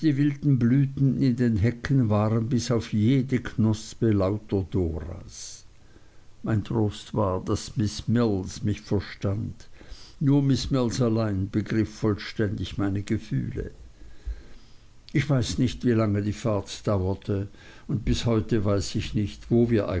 wilden blüten in den hecken waren bis auf jede knospe lauter doras mein trost war daß miß mills mich verstand nur miß mills allein begriff vollständig meine gefühle ich weiß nicht wie lang die fahrt dauerte und bis heute weiß ich nicht wo wir